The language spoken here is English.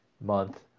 month